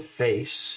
face